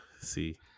see